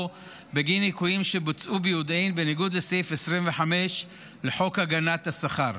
בגין ניכויים שבוצעו ביודעין בניגוד לסעיף 25 לחוק הגנת השכר,